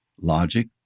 logic